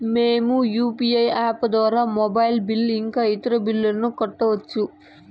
మేము UPI app ద్వారా mobile bill ఇంకా ఇతర బిల్లులను కట్టొచ్చు